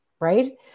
Right